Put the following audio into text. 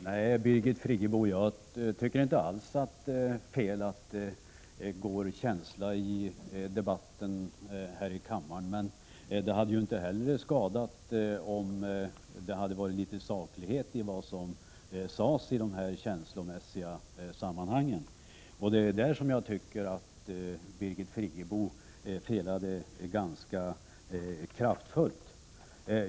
Herr talman! Nej, Birgit Friggebo, jag tycker inte alls att det är fel att det går känsla i debatten här i kammaren. Men det hade ju inte heller skadat om det hade varit litet saklighet i vad som sades i de här känslomässiga sammanhangen. Och det är därvidlag som jag tycker att Birgit Friggebo felade ganska kraftigt.